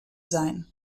sein